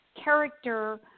character